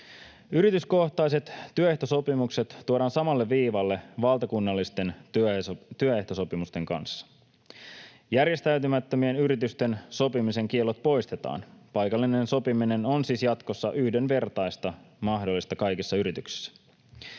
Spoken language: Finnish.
Yrityskohtaiset työehtosopimukset tuodaan samalle viivalle valtakunnallisten työehtosopimusten kanssa. Järjestäytymättömien yritysten sopimisen kiellot poistetaan. Paikallinen sopiminen on siis jatkossa yhdenvertaista, mahdollista kaikissa yrityksissä.